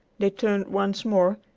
they turned once more,